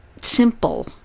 simple